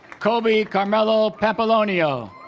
colby carmelo pampillonio